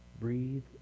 Breathe